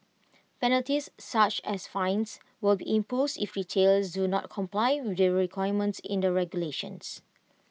penalties such as fines will be imposed if retailers do not comply with their requirements in the regulations